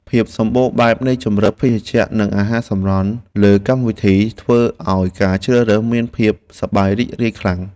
ភាពសម្បូរបែបនៃជម្រើសភេសជ្ជៈនិងអាហារសម្រន់លើកម្មវិធីធ្វើឱ្យការជ្រើសរើសមានភាពសប្បាយរីករាយខ្លាំង។